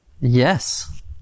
Yes